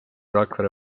rakvere